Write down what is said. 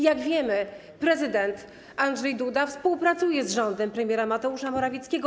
Jak wiemy, prezydent Andrzej Duda współpracuje z rządem premiera Mateusza Morawieckiego.